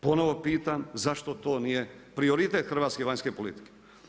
Ponovo pitam, zašto to nije prioritet hrvatske vanjske politike?